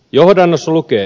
johdannossa lukee